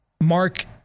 Mark